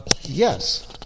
Yes